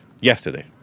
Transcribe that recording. yesterday